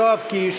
יואב קיש,